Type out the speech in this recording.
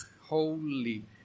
holy